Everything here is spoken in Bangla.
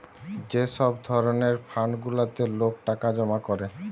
যে সব ধরণের ফান্ড গুলাতে লোক টাকা জমা করে